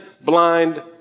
blind